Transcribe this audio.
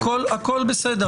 הכול בסדר.